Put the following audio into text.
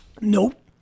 Nope